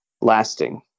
lasting